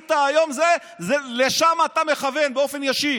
שעשית היום, לשם אתה מכוון באופן ישיר.